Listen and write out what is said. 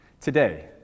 today